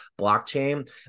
blockchain